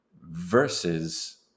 versus